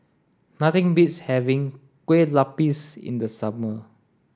nothing beats having Kueh Lupis in the summer